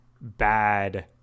bad